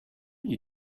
you